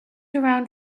around